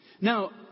Now